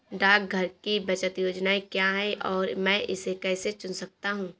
डाकघर की बचत योजनाएँ क्या हैं और मैं इसे कैसे चुन सकता हूँ?